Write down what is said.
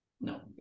No